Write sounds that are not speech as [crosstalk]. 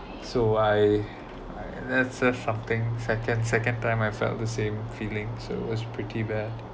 so I [breath] I that that's something second second time I felt the same feelings so it was pretty bad